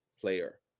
player